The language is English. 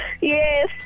Yes